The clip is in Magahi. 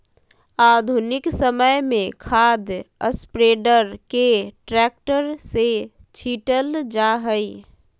आधुनिक समय में खाद स्प्रेडर के ट्रैक्टर से छिटल जा हई